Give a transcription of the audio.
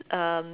um